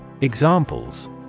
Examples